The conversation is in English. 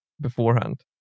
beforehand